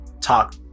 talk